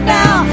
now